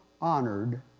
honored